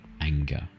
Anger